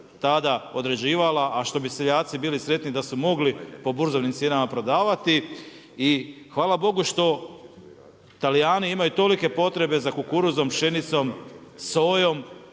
tada određivala a što bi seljaci bili sretni da su mogli po burzovnim cijenama prodavati. I hvala Bogu što Talijani imaju tolike potrebe za kukuruzom, pšenicom, sojom